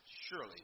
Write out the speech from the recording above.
Surely